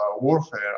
warfare